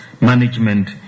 management